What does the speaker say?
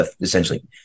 essentially